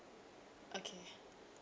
okay